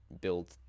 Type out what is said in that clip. build